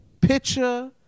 picture